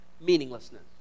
meaninglessness